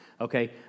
Okay